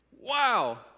Wow